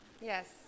yes